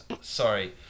sorry